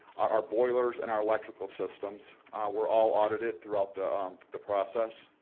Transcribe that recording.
our boilers, and our electrical systems were all audited throughout the the process.